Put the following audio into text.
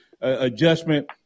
adjustment